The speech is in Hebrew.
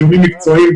דיונים מקצועיים,